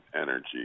energy